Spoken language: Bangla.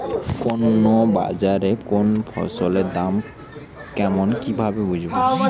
কোন বাজারে কোন ফসলের দাম কেমন কি ভাবে বুঝব?